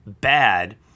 bad